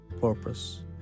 purpose